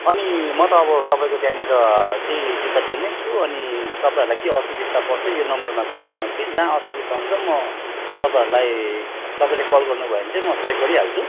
अनि म त अब तपाईँको त्यहाँनेर त्यही डिपार्टमेन्टमा छु अनि तपाईँहरूलाई केही असुबिस्ता पर्छ यो नम्बरमा कल गर्नु होस् कि जहाँ असुबिस्ता हुन्छ म तपाईँहरूलाई तपाईँले कल गर्नु भयो भने चाहिँ म सहयोग गरिहाल्छु